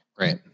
Right